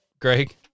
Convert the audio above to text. Greg